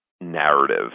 narrative